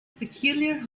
peculiar